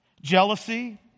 jealousy